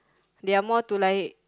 they are more to like